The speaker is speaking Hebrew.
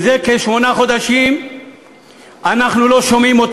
זה כשמונה חודשים אנחנו לא שומעים אותו